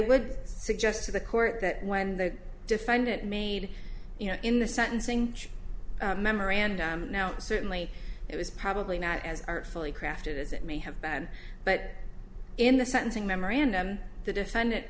would suggest to the court that when the defendant made you know in the sentencing memorandum now certainly it was probably not as artfully crafted as it may have been but in the sentencing memorandum the defendant